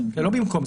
זה לא במקום.